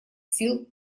сил